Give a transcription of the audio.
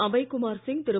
Abhaykumar Singh Thiru